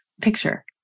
picture